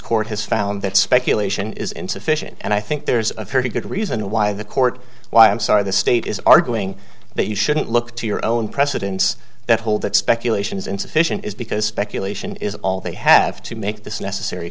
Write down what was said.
court has found that speculation is insufficient and i think there's a pretty good reason why the court why i'm sorry the state is arguing that you shouldn't look to your own precedents that hold that speculation is insufficient is because secular nation is all they have to make this necessary